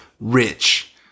rich